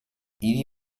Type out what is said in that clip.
hiri